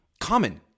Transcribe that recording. common